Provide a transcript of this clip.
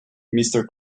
mister